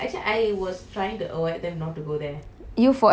you forever avoiding people lah